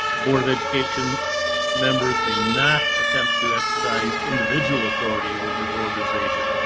board of education members may not attempt to exercise individual authority over the organization.